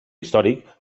històric